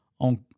on